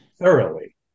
thoroughly